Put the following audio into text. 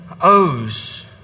O's